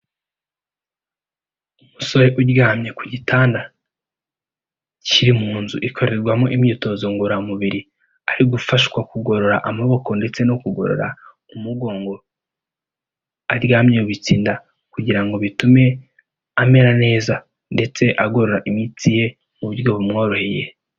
Umusore uryamye ku gitanda kiri mu nzu ikorerwamo imyitozo ngororamubiri, ari gufashwa kugorora amaboko ndetse no kugorora umugongo, aryamye yubitsa inda kugira ngo bitume amera neza ndetse agorora imitsi ye mu buryo bumworoheye.